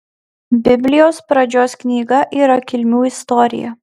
biblijos pradžios knyga yra kilmių istorija